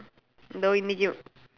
இதோ இன்றைக்கும்:ithoo inraikkum